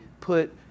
put